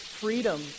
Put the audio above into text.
freedom